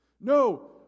No